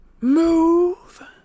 Move